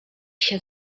się